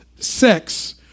sex